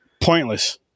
Pointless